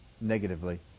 negatively